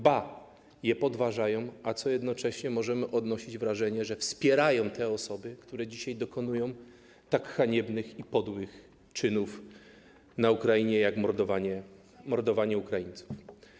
Ba, podważają je, a jednocześnie możemy odnieść wrażenie, że wspierają te osoby, które dzisiaj dokonują tak haniebnych i podłych czynów na Ukrainie jak mordowanie Ukraińców.